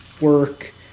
work